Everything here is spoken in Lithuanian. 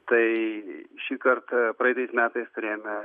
tai šįkart praeitais metais turėjome